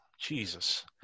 Jesus